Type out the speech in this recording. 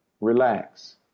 Relax